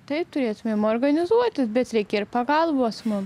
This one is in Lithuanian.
tai turėtumėm organizuotis bet reikia ir pagalbos mum